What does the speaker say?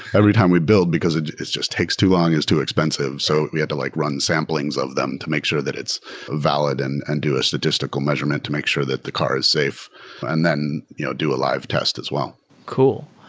every time we build, because it just takes too long. it's too expensive. so we had to like run samplings of them to make sure that it's valid and and do a statistical measurement to make sure that the car is safe and then you know do a live test as well cool.